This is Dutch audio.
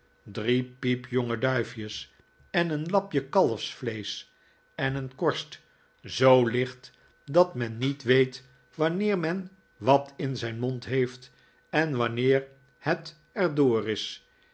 jrie piepjonge duifjes en een lapje kalfsvleesch en een korst zoo licht dat men niet weet wanneer men wat in zijn mond heeft en wanneer het er door is